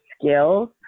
skills